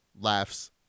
laughs